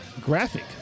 Graphic